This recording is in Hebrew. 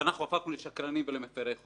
ואנחנו הפכנו לשקרנים ולמפירי חוק,